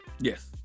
yes